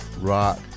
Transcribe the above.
Rock